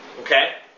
Okay